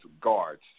guards